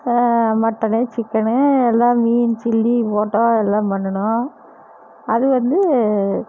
mutton chicken எல்லாம் மீன் chilli போட்டோம் எல்லாம் பண்ணுனோம் அது வந்து